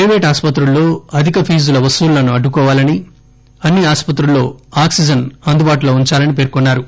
private హాస్పిటల్లలో అధిక ఫీజుల వసూళ్లను అడ్డుకోవాలని అన్ని ఆసుపత్రుల్లో ఆక్సిజన్ అందుబాటులో ఉంచాలని పేర్కొన్నారు